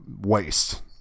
waste